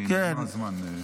כי נגמר הזמן.